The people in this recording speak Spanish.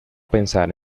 pensar